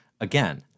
Again